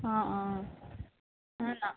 ஆ ஆ ஆ நான்